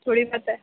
تھوڑی پتا ہے